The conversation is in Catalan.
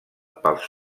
pels